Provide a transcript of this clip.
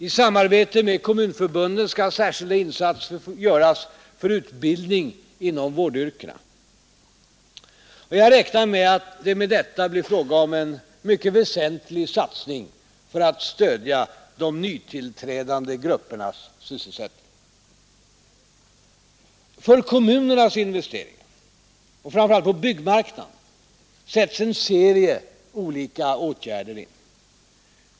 I samarbete med kommunförbunden skall särskilda insatser göras för utbildning inom vårdyrkena. Jag räknar med att det med detta blir fråga om en mycket väsentlig satsning för att stödja de nytillträdande gruppernas sysselsättning. För kommunernas investeringar och framför allt på byggmarknaden sätts en serie olika åtgärder in.